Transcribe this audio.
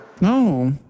No